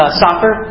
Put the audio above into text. soccer